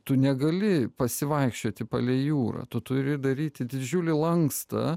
tu negali pasivaikščioti palei jūrą tu turi daryti didžiulį lankstą